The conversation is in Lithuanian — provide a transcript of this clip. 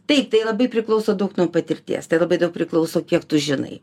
tai tai labai priklauso daug nuo patirties tai labai daug priklauso kiek tu žinai